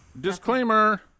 Disclaimer